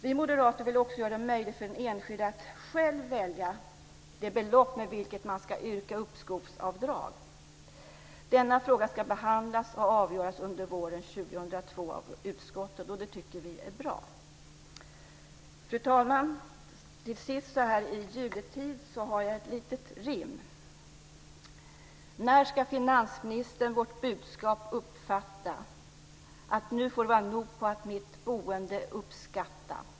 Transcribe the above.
Vi moderater vill också göra det möjligt för den enskilde att själv välja det belopp med vilket man ska yrka uppskovsavdrag. Denna fråga ska behandlas och avgöras under våren 2002 av utskottet, och det tycker vi är bra. Fru talman! Till sist har jag ett litet rim så här i juletid: När ska finansministern vårt budskap uppfatta, att nu får det vara nog med att mitt boende uppskatta?